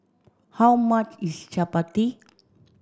how much is Chappati